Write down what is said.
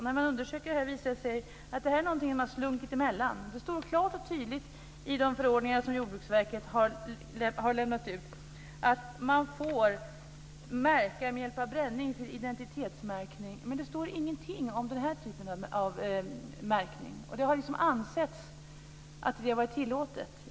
När man undersöker detta visar det sig att det är någonting som har slunkit emellan. Det står klart och tydligt i de förordningar som Jordbruksverket har lämnat ut att man får identitetsmärka med hjälp av bränning, men det står ingenting om denna typ av märkning. Det har ansetts att det har varit tillåtet.